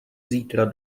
zítra